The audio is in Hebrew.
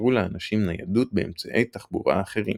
שיאפשרו לאנשים ניידות באמצעי תחבורה אחרים”.